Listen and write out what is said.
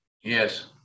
Yes